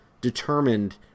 determined